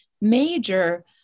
major